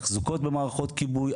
תחזוקות במערכות כיבוי,